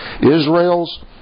Israel's